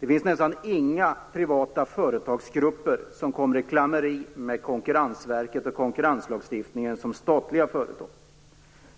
Det finns nästan inga privata företagsgrupper som kommer i klammeri med Konkurrensverket och konkurrenslagarna på det sätt som statliga företag gör.